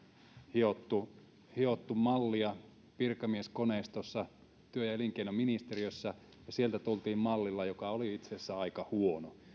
hiottu hiottu virkamieskoneistossa työ ja elinkeinoministeriössä ja sieltä tultiin mallilla joka oli itse asiassa aika huono